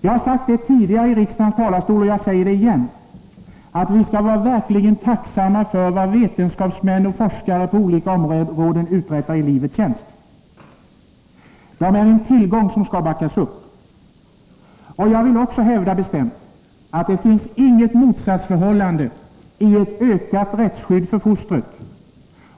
Jag har sagt det tidigare i riksdagens talarstol, och jag säger det igen: Vi skall verkligen vara tacksamma för vad vetenskapsmän och forskare på olika områden uträttar i livets tjänst. De är en tillgång som skall backas upp. Jag vill också bestämt hävda att det inte råder något motsatsförhållande mellan ett ökat rättsskydd för fostret